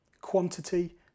quantity